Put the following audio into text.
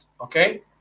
okay